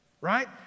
right